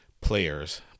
players